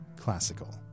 classical